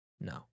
No